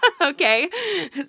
Okay